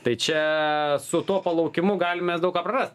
tai čia su tuo palaukimu galim mes daug ką prarast